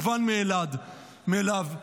מובן מאליו.